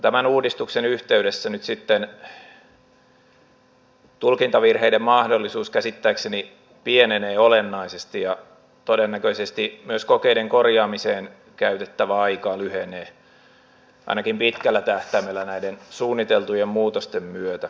tämän uudistuksen yhteydessä nyt sitten tulkintavirheiden mahdollisuus käsittääkseni pienenee olennaisesti ja todennäköisesti myös kokeiden korjaamiseen käytettävä aika lyhenee ainakin pitkällä tähtäimellä näiden suunniteltujen muutosten myötä